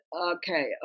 okay